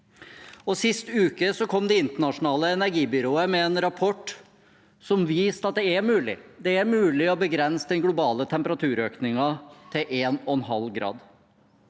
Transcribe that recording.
Sist uke kom Det internasjonale energibyrået med en rapport som viste at det er mulig. Det er mulig å begrense den globale temperaturøkningen til en og